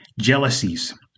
jealousies